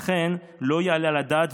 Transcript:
לכן לא יעלה על הדעת,